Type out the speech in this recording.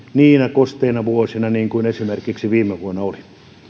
kosteina vuosina niin kuin esimerkiksi viime vuonna oli